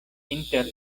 inter